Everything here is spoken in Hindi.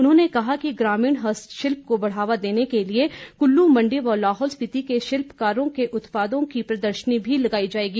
उन्होंने कहा कि ग्रामीण हस्तशिल्प को बढ़ावा देने को लिए कुल्लू मण्डी व लाहौल स्पिति के शिल्पकारों के उत्पादों की प्रदर्शनी मी लगाई जाएगी